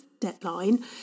deadline